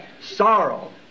sorrow